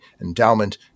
endowment